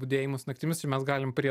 budėjimus naktimis čia mes galim prie